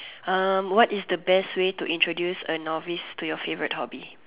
um what is the best way to introduce a novice to your favorite hobby